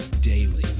daily